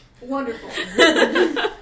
Wonderful